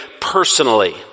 personally